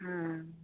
हँ